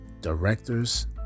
directors